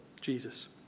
Jesus